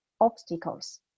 obstacles